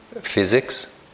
physics